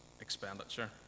expenditure